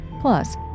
plus